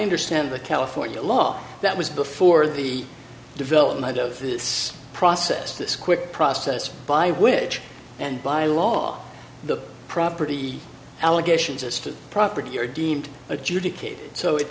understand the california law that was before the development of this process this quick process by which and by law the property allegations as to property are deemed